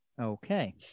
Okay